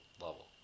level